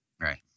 right